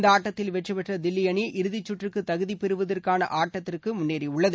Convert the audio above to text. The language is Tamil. இந்த ஆட்டத்தில் வெற்றி பெற்ற தில்லி அணி இறுதிச்சுற்றுக்கு தகுதி பெறுவதற்கான ஆட்டத்திற்கு முன்னேறியுள்ளது